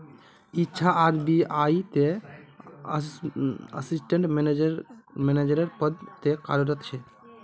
इच्छा आर.बी.आई त assistant manager रे पद तो कार्यरत छे